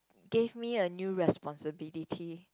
gave me a new responsibility